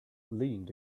leaned